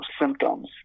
symptoms